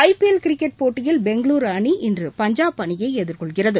ஐ PL cricket போட்டியில் பெங்களூருஅணி இன்று பஞ்சாப் அணியைஎதிர்கொள்கிறது